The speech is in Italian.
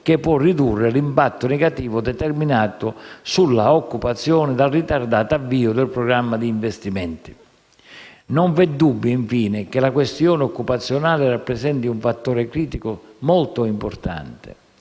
che può ridurre l'impatto negativo determinato sulla occupazione dal ritardato avvio del programma di investimenti. Non vi è dubbio, infine, che la questione occupazionale rappresenti un fattore critico molto importante.